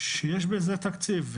שיש בזה תקציב.